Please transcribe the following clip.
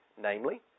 Namely